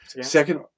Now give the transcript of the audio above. Second